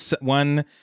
one